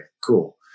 cool